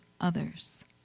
others